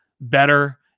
better